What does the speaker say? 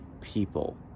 people